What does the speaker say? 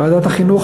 בוועדת החינוך,